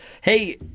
Hey